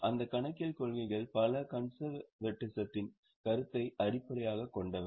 அந்த கணக்கியல் கொள்கைகள் பல கன்செர்வேடிசத்தின் கருத்தை அடிப்படையாகக் கொண்டவை